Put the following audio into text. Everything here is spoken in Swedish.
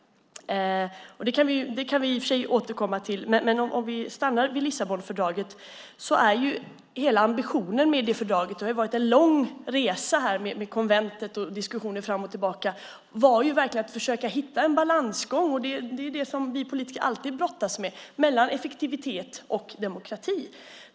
Det kan vi i och för sig återkomma till, men om vi stannar vid Lissabonfördraget så har ju hela ambitionen med det fördraget varit en lång resa. Konventet och diskussioner fram och tillbaka var verkligen ett försök att hitta en balansgång - det är det som vi politiker alltid brottas med - mellan effektivitet och demokrati.